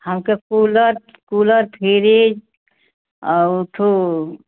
हमको cooler cooler fridge और ऊ ठो